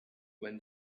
when